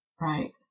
Right